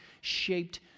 shaped